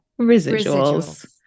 residuals